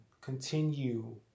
continue